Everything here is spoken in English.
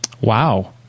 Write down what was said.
wow